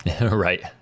Right